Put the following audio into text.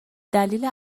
دلیل